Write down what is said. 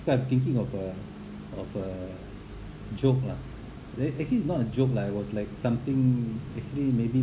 so I'm thinking of a of a joke lah th~ actually it's not a joke lah it was like something actually maybe